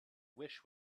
wish